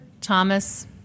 Thomas